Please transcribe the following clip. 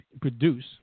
produce